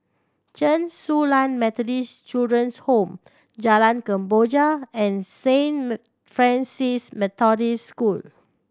Chen Su Lan Methodist Children's Home Jalan Kemboja and Saint Francis Methodist School